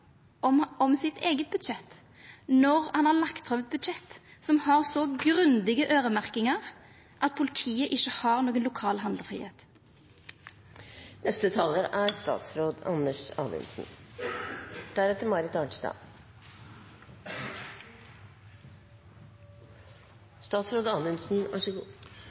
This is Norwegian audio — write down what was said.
om eige budsjett, når han har lagt fram eit budsjett som har så grundige øyremerkingar at politiet ikkje har nokon lokal handlefridom? Det siste er